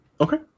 Okay